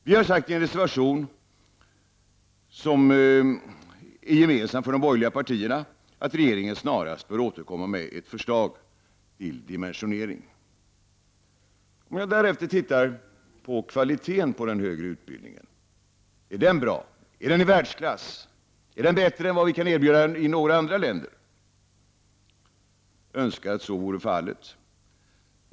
Vi har, i en reservation som är gemensam för de borgerliga partierna, sagt att regeringen snarast bör återkomma med ett förslag till dimensionering. Jag övergår därefter till att titta på kvaliteten på den högre utbildningen. Är den bra? Är den i världsklass? Är den bättre än den man kan erbjuda i andra länder? Jag önskar att det vore så.